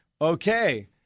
okay